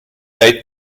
être